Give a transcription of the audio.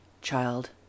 child